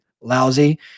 lousy